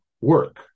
work